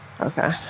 Okay